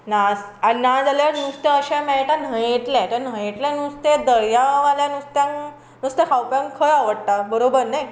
ना नाजाल्यार नुस्तें अशें मेळटा न्हंयेंतलें तें न्हंयेंतलें नुस्तें दर्यावाल्या नुस्त्या नुस्तें खावप्यांक खंय आवडटा बरोबर न्ही